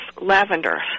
lavender